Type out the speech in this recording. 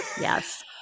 Yes